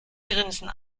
grinsen